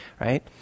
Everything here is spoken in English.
right